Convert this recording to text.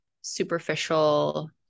superficial